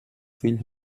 fills